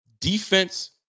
defense